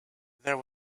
there